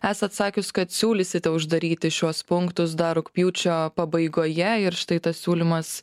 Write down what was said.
esat sakius kad siūlysite uždaryti šiuos punktus dar rugpjūčio pabaigoje ir štai tas siūlymas